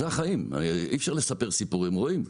אלו החיים, אי אפשר לספר סיפורים, רואים,